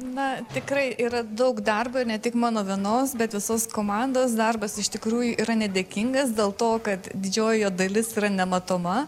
na tikrai ir daug darbo ir ne tik mano vienos bet visos komandos darbas iš tikrųjų yra nedėkingas dėl to kad didžioji jo dalis yra nematoma